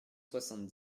soixante